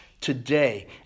today